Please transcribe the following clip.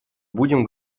будем